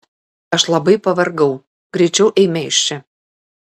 aš labai pavargau greičiau eime iš čia